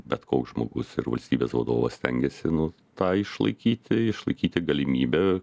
bet koks žmogus ir valstybės vadovas stengiasi nu tą išlaikyti išlaikyti galimybę